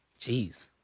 Jeez